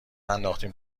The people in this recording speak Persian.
ننداختیم